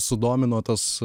sudomino tas